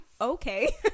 okay